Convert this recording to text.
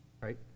right